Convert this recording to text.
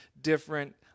different